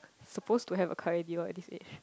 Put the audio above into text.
suppose to have a car radio at this age